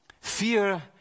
fear